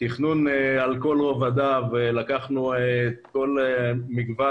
תכנון על כל רבדיו כאשר לקחנו את כל מגוון